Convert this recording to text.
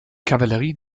kavallerie